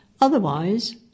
Otherwise